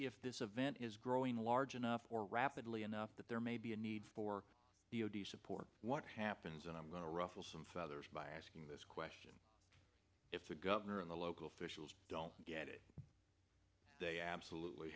if this event is growing large enough or rapidly enough that there may be a need for the support what happens and i'm going to ruffle some feathers by asking this question if the governor and the local officials don't get it they absolutely